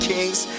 King's